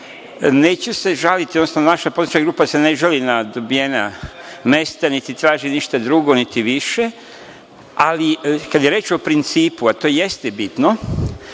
Neću se žaliti, odnosno naša poslanička grupa se ne žali na dobijena mesta niti traži ništa drugo, niti više, ali kad je reč o principu, a to jeste bitno,